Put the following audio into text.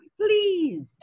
please